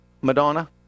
Madonna